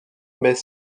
met